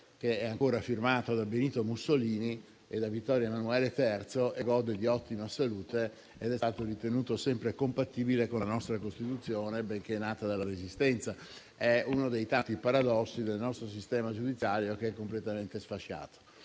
che è ancora quello firmato da Benito Mussolini e da Vittorio Emanuele III, che gode di ottima salute e che è stato sempre ritenuto compatibile con la nostra Costituzione, benché nata dalla Resistenza. È uno dei tanti paradossi del nostro sistema giudiziario, che è completamente sfasciato.